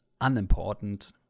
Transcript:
unimportant